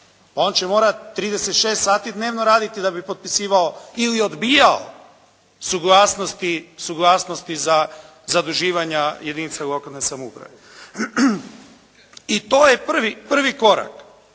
On će morati 36 sati dnevno raditi da bi potpisivao ili odbijao suglasnosti za zaduživanja jedinica lokalne samouprave. I to je prvi korak.